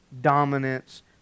dominance